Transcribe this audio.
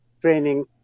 training